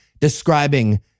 describing